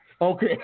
Okay